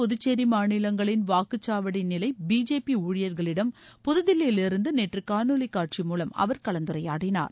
புதுச்சேரி மாநிலங்களின் வாக்குச்சாவடி நிலை பிஜேபி ஊழியர்களிடம் புதுதில்லியிலிருந்து நேற்று காணொலிக்காட்சி மூலம் அவர் கலந்துரையாடினார்